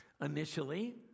initially